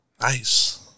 Nice